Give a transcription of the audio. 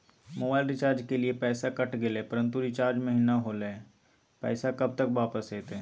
Mobile recharge के लिए पैसा कट गेलैय परंतु रिचार्ज महिना होलैय, पैसा कब तक वापस आयते?